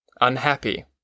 unhappy